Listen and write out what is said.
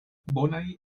bonaj